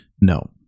No